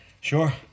sure